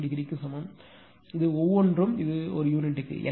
062 ° க்கு சமமாக பெறுவீர்கள் இது ஒவ்வொன்றும் ஒரு யூனிட்டுக்கு